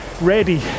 ready